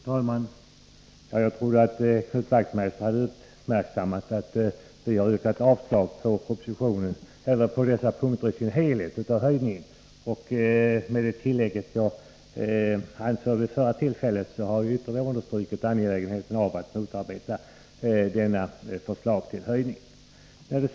Fru talman! Jag trodde att Knut Wachtmeister hade uppmärksammat att vi yrkat avslag på alla punkter. Även vid det förra tillfället underströk jag angelägenheten av att motarbeta detta höjningsförslag.